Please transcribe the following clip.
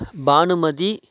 Bhanumathi